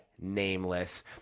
nameless